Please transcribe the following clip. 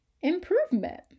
improvement